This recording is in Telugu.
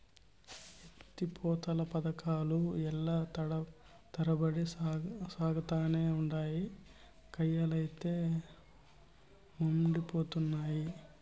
ఎత్తి పోతల పదకాలు ఏల్ల తరబడి సాగతానే ఉండాయి, కయ్యలైతే యెండిపోతున్నయి